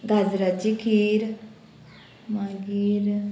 गाजराची खीर मागीर